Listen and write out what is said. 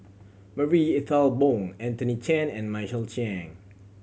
Marie Ethel Bong Anthony Chen and Michael Chiang